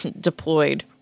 deployed